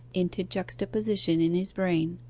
into juxtaposition in his brain